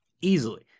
easily